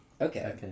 Okay